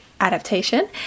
adaptation